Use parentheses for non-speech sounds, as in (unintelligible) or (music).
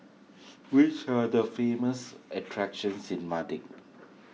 which are the famous attractions in (unintelligible)